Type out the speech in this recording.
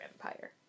Empire